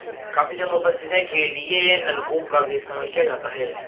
काफी जगहों पर सिंचाई के लिए नलकूप का भी इस्तेमाल किया जाता है